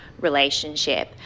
relationship